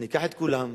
אני אקח את כולם,